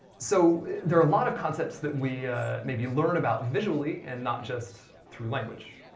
so there are a lot of concepts that we maybe learn about visually, and not just through language.